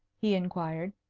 he inquired.